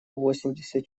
восемьдесят